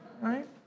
Right